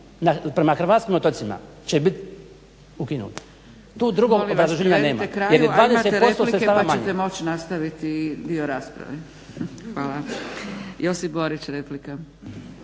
prema hrvatskim otocima će biti ukinuta. **Zgrebec, Dragica (SDP)** Molimo privedite kraju, a imate replike pa ćete moć nastaviti dio rasprave. Hvala. Josip Borić, replika.